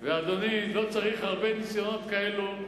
אדוני, לא צריך הרבה ניסיונות כאלה.